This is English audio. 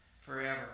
forever